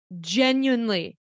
genuinely